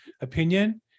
opinion